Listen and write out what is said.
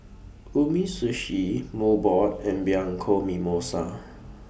Umisushi Mobot and Bianco Mimosa